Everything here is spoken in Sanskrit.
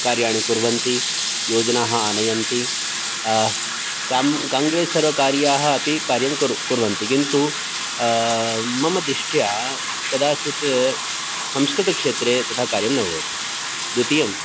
कार्याणि कुर्वन्ति योजनाः आनयन्ति काङ्ग्रेस् सर्वकारीयाः अपि कार्यं कुर् कुर्वन्ति किन्तु मम दृष्ट्या कदाचित् संस्कृतक्षेत्रे तथा कार्यं न भवति द्वितीयं